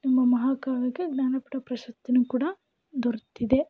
ಎಂಬ ಮಹಾಕಾವ್ಯಕ್ಕೆ ಜ್ಞಾನಪೀಠ ಪ್ರಶಸ್ತಿನೂ ಕೂಡ ದೊರೆತಿದೆ